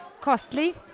costly